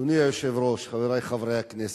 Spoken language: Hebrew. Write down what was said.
אדוני היושב-ראש, חברי חברי הכנסת,